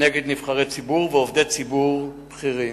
נגד נבחרי ציבור ועובדי ציבור בכירים.